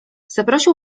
zaprosił